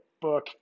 book